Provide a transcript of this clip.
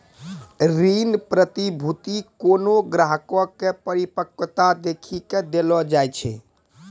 ऋण प्रतिभूती कोनो ग्राहको के परिपक्वता देखी के देलो जाय छै